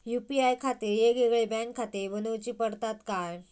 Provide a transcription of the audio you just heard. UPI खातीर येगयेगळे बँकखाते बनऊची पडतात काय?